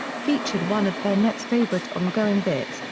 featured one of burnett's favorite ongoing bits,